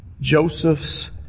Joseph's